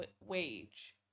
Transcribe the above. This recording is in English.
wage